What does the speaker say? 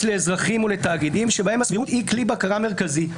לאזרחים ולתאגידים שבהן הסבירות היא כלי בקרה מרכזי.